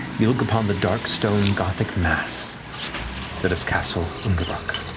you look upon the dark stone gothic mass that is castle ungebroch.